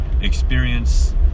experience